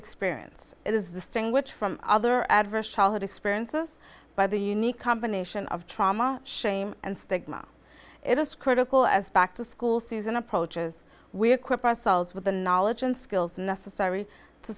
experience is the sting which from other adverse childhood experiences by the unique combination of trauma shame and stigma it is critical as back to school season approaches we equip ourselves with the knowledge and skills necessary to